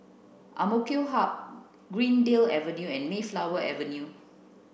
Amk Hub Greendale Avenue and Mayflower Avenue